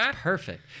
perfect